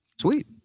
Sweet